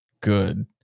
good